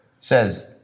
says